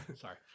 Sorry